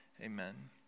Amen